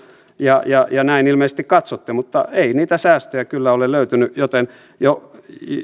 ja näin ilmeisesti katsotte ei niitä säästöjä kyllä ole löytynyt